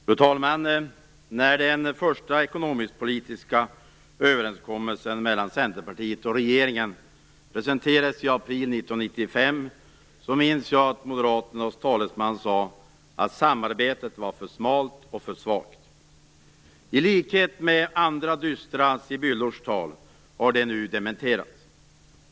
Fru talman! När den första ekonomisk-politiska överenskommelsen mellan Centerpartiet och regeringen presenterades i april 1995 minns jag att moderaternas talesman sade att samarbetet var för smalt och för svagt. I likhet med andra dystra sibyllors tal har det nu dementerats.